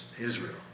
Israel